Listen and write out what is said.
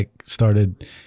started